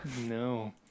no